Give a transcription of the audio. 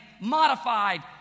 modified